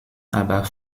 aber